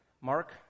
Mark